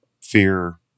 fear